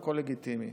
והכול לגיטימי.